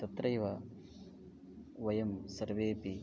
तत्रैव वयं सर्वेपि